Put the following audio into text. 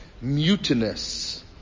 mutinous